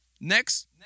Next